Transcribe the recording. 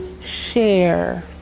share